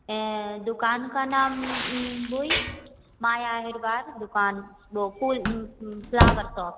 दुकान का नाम वही माया अहिरवार दुकान गोकुल फ्लावर सोप